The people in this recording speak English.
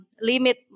limit